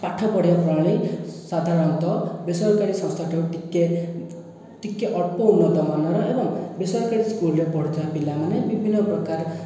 ପାଠ ପଢ଼ାଇବା ପ୍ରଣାଳୀ ସାଧାରଣତଃ ବେସରକାରୀ ସଂସ୍ଥାଠାରୁ ଟିକିଏ ଟିକିଏ ଅଳ୍ପ ଉନ୍ନତମାନର ଏବଂ ବେସରକାରୀ ସ୍କୁଲରେ ପଢ଼ୁଥିବା ପିଲାମାନେ ବିଭିନ୍ନ ପ୍ରକାର